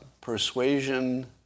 persuasion